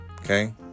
Okay